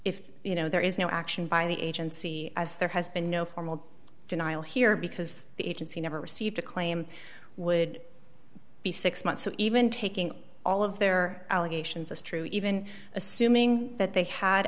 if you know there is no action by the agency as there has been no formal denial here because the agency never received a claim would be six months so even taking all of their allegations is true even assuming that they had